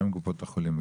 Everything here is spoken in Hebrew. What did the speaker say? גם עם קופות החולים,